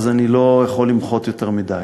אני לא יכול למחות יותר מדי.